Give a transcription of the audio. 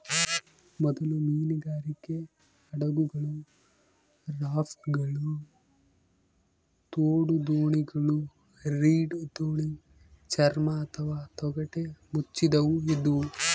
ಮೊದಲ ಮೀನುಗಾರಿಕೆ ಹಡಗುಗಳು ರಾಪ್ಟ್ಗಳು ತೋಡುದೋಣಿಗಳು ರೀಡ್ ದೋಣಿ ಚರ್ಮ ಅಥವಾ ತೊಗಟೆ ಮುಚ್ಚಿದವು ಇದ್ವು